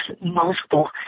multiple